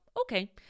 okay